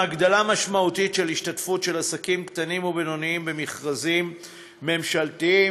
והגדלה משמעותית של השתתפות של עסקים קטנים ובינוניים במכרזים ממשלתיים.